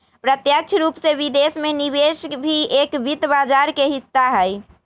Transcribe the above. प्रत्यक्ष रूप से विदेश में निवेश भी एक वित्त बाजार के हिस्सा हई